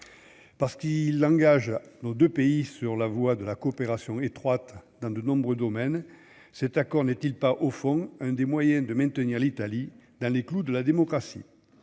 parce qu'il engage, nos 2 pays sur la voie de la coopération étroite dans de nombreux domaines, cet accord n'est-il pas au fond un des moyens de maintenir l'Italie dans les clous de la démocratie,